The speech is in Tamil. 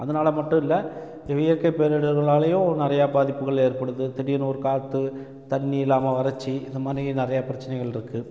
அதனால மட்டும் இல்லை இந்த இயற்கை பேரிடர்கள்னாலையும் நிறையா பாதிப்புகள் ஏற்படுது திடீர்னு ஒரு காற்று தண்ணி இல்லாமல் வறட்சி இதை மாதிரி நிறையா பிரச்சனைகள் இருக்குது